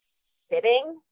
sitting